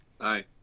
Hi